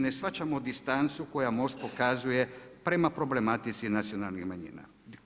Ne shvaćamo distancu koju MOST pokazuje prema problematici nacionalnih manjina.